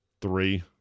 three